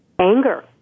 anger